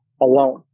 alone